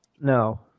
no